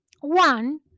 One